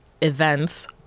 events